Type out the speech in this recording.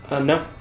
No